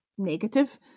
negative